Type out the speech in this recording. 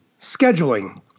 scheduling